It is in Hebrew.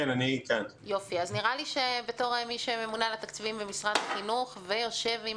בתור מי שממונה על התקציבים במשרד החינוך ויושב על